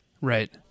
Right